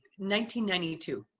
1992